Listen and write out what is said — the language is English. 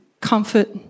comfort